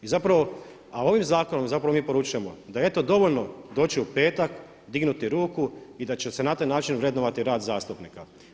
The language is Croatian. I zapravo, a ovim zakonom zapravo mi poručujemo da eto dovoljno doći u petak, dignuti ruku i da će se na taj način vrednovati rad zastupnika.